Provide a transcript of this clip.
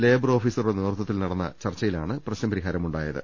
labour ഓഫീസറൂടെ നേതൃത്വത്തിൽ നടന്ന ചർച്ചയിലാണ് പ്രശ്ന പരിഹാരമായത്